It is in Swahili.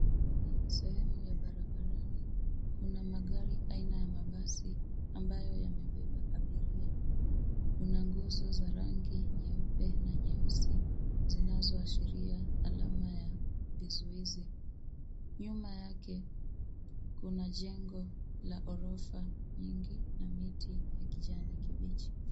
Hii ni sehemu ya barabarani. Kuna magari aina ya mabasi ambayo yamebeba abiria. Kuna nguzo za rangi nyeupe na nyeusi zinazoashiria alama ya kizuizi. Nyuma yake, kuna jengo la ghorofa nyingi na miti ya kijani kibichi.